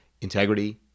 integrity